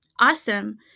Awesome